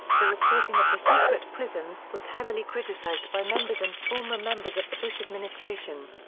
the reporting of the secret prisons was heavily criticized by members and former members of the bush administration.